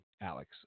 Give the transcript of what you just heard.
Alex